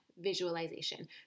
visualization